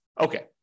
okay